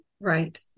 Right